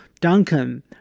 Duncan